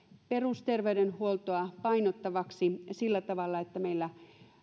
perusterveydenhuoltoa painottavaksi sillä tavalla että meillä